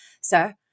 sir